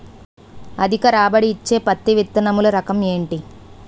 అధిక రాబడి ఇచ్చే పత్తి విత్తనములు రకం ఏంటి?